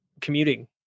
commuting